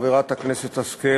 חברת הכנסת השכל,